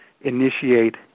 initiate